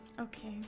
Okay